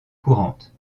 courante